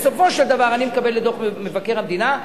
בסופו של דבר אני מקבל את דוח מבקר המדינה,